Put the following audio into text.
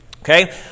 Okay